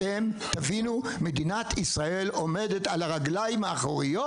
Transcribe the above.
תבינו, מדינת ישראל עומדת על הרגליים האחוריות,